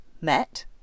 met